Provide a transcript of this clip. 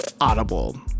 audible